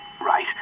Right